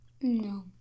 no